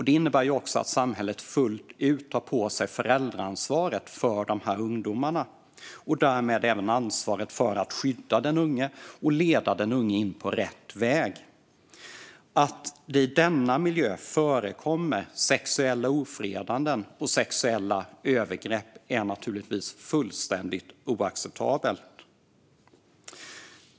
Det innebär att samhället fullt ut tar på sig föräldraansvaret för dessa ungdomar och därmed även ansvaret för att skydda dem och leda dem in på rätt väg. Att det i denna miljö förekommer sexuella ofredanden och sexuella övergrepp är naturligtvis fullständigt oacceptabelt.